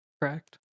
Correct